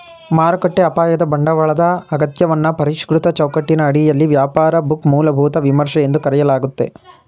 ಮಾರುಕಟ್ಟೆ ಅಪಾಯದ ಬಂಡವಾಳದ ಅಗತ್ಯವನ್ನ ಪರಿಷ್ಕೃತ ಚೌಕಟ್ಟಿನ ಅಡಿಯಲ್ಲಿ ವ್ಯಾಪಾರ ಬುಕ್ ಮೂಲಭೂತ ವಿಮರ್ಶೆ ಎಂದು ಕರೆಯಲಾಗುತ್ತೆ